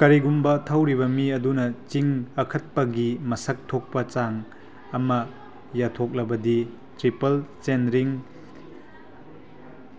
ꯀꯔꯤꯒꯨꯝꯕ ꯊꯧꯔꯤꯕ ꯃꯤ ꯑꯗꯨꯅ ꯆꯤꯡ ꯀꯥꯈꯠꯄꯒꯤ ꯃꯁꯛ ꯊꯣꯛꯄ ꯆꯥꯡ ꯑꯃ ꯌꯥꯊꯣꯛꯂꯕꯗꯤ ꯇ꯭ꯔꯤꯄꯜ ꯆꯦꯟꯔꯤꯡ